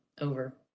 over